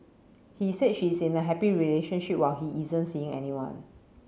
he said she is in a happy relationship while he isn't seeing anyone